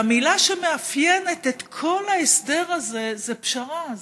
והמילה שמאפיינת את כל ההסדר הזה זה פשרה,